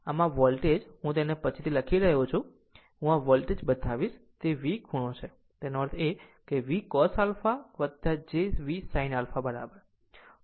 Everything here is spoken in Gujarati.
આમ આ વોલ્ટેજ r હું તેને પછીથી લખી રહ્યો છું હું આ વોલ્ટેજ બતાવીશ તે V ખૂણો છે તેનો અર્થ છે VCos α j V sin α બરાબર